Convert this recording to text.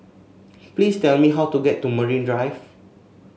please tell me how to get to Marine Drive